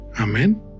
Amen